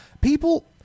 people